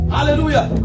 Hallelujah